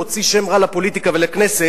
מוציא שם רע לפוליטיקה ולכנסת.